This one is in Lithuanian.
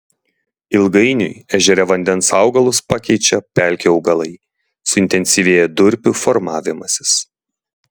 ilgainiui ežere vandens augalus pakeičia pelkių augalai suintensyvėja durpių formavimasis